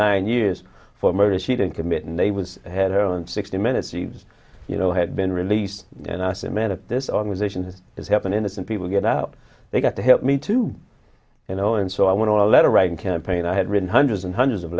nine years for murder she didn't commit and they was had her on sixty minutes she was you know had been released and i said man of this organization this is happening this and people get out they got to help me too you know and so i went on a letter writing campaign i had written hundreds and hundreds of